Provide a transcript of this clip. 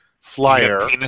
flyer